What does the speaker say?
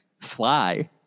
fly